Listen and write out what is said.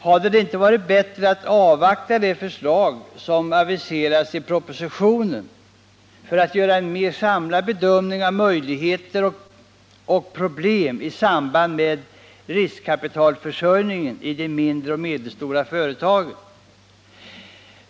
Hade det inte varit bättre att avvakta det förslag som aviseras i propositionen för att göra en mer samlad bedömning av möjligheter och problem i samband med riskkapitalförsörjningen i de mindre och medelstora företagen?